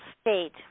state